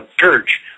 church